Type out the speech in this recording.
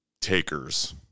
takers